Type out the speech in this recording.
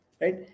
Right